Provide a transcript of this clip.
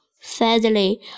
sadly